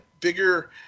bigger